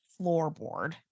floorboard